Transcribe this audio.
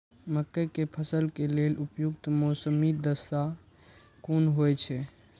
मके के फसल के लेल उपयुक्त मौसमी दशा कुन होए छै?